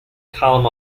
column